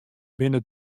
binne